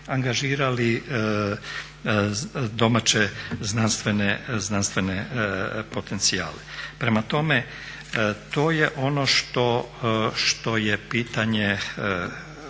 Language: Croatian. angažirali domaće znanstvene potencijale. Prema tome, to je ono što je pitanje,